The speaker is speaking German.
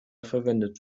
verwendet